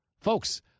Folks